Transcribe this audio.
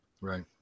Right